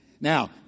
Now